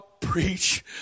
preach